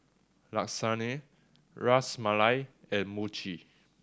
Lasagne Ras Malai and Mochi